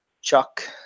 chuck